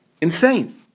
Insane